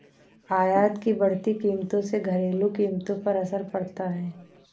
आयात की बढ़ती कीमतों से घरेलू कीमतों पर असर पड़ता है